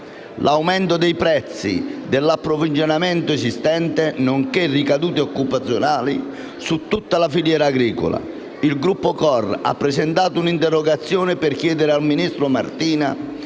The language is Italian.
l'aumento dei prezzi dell'approvvigionamento esistente, nonché ricadute occupazionali su tutta la filiera agricola. Il Gruppo CoR ha presentato un'interrogazione per chiedere al ministro Martina